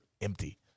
empty